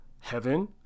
heaven